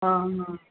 ஆ ஆ ஆ